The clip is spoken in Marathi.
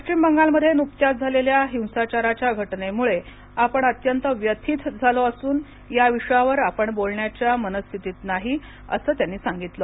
पश्चिम बंगाल मध्ये नुकत्याच झालेल्या हिंसाचाराच्या घटनेमुळे आपण अत्यंत व्यतिथ झालो असून या विषयावर आपण बोलण्याच्या मनस्थितीत नाही असं त्यांनी सांगितल